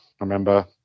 remember